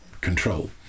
control